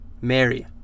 Mary